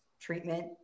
treatment